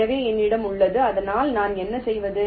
எனவே என்னிடம் உள்ளது அதனால் நான் என்ன செய்வது